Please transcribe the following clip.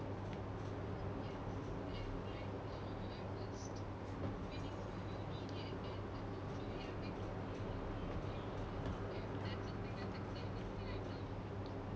hmm